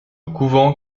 couvent